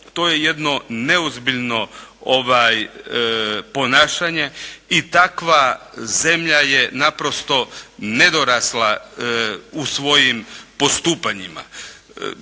to je jedno neozbiljno ponašanje i takva zemlja je naprosto nedorasla u svojim postupanjima.